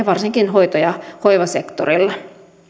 varsinkin hoito ja hoivasektorilla